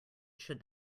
should